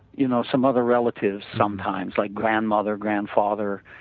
you know some other relatives sometimes like grandmother, grandfather,